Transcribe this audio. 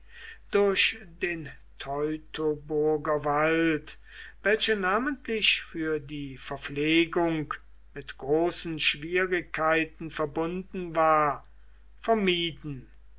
durch den teutoburger wald welche namentlich für die verpflegung mit großen schwierigkeiten verbunden war vermieden